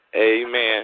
Amen